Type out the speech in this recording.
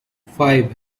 five